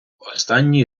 останній